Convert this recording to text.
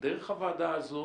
דרך הוועדה הזאת,